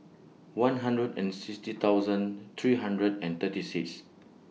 one hundred and sixty thousand three hundred and thirty six